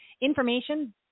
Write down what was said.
Information